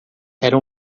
era